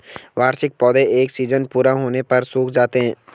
वार्षिक पौधे एक सीज़न पूरा होने पर सूख जाते हैं